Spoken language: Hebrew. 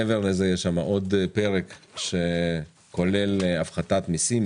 מעבר לזה יש שם עוד פרק שכולל הפחתת מיסים,